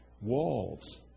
walls